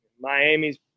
Miami's